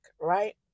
right